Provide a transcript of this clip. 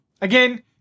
Again